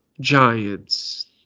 Giants